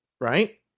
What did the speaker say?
right